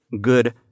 good